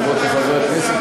חברות וחברי הכנסת,